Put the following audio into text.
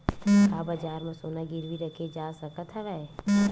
का बजार म सोना गिरवी रखे जा सकत हवय?